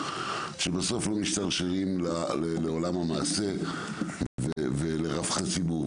שבסוף לא נשאר מהם משהו לעולם המעשה ולרווחת הציבור.